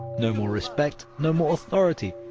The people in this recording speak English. no more respect, no more authority.